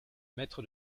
maître